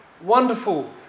Wonderful